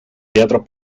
teatro